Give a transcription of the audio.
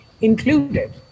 included